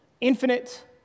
infinite